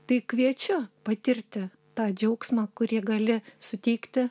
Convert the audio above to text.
tai kviečiu patirti tą džiaugsmą kurį gali suteikti